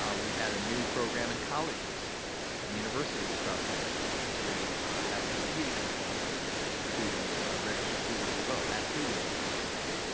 ah we had a new program in colleges and universities across minnesota to have them compete against one another to register students to vote. that too was a big success.